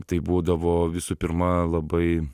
tai būdavo visų pirma labai